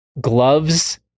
gloves